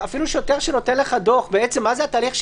אפילו שוטר שנותן לך דוח בעצם מה התהליך?